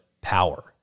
power